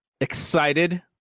excited